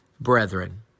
brethren